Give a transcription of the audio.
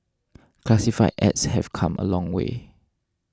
classified ads have come a long way